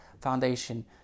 foundation